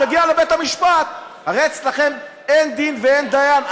הרי אצלכם אין דין ואין דיין,